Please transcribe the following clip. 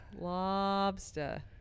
lobster